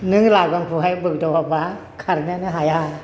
नों लागामखौहाय बोग्दावाबा खारनोनो हाया